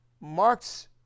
Marx